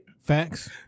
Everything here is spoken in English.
facts